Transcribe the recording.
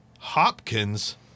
Hopkins